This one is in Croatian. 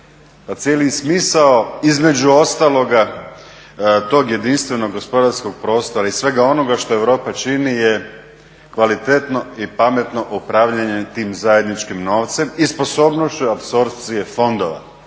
cijeli smisao između ostaloga tog jedinstvenog gospodarskog prostora i svega onoga što Europa čini je kvalitetno i pametno upravljanje tim zajedničkim novcem i sposobnošću apsorpcije fondova.